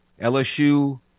LSU